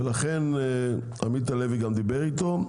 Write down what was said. ולכן עמית הלוי גם דיבר איתו,